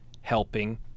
helping